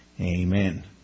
Amen